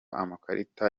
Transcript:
amakarita